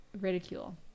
ridicule